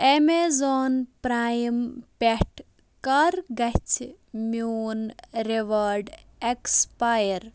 Amazon prime پٮ۪ٹھ کَر گَژھِ میٛون ریوارڑ ایکسپایر